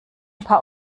paar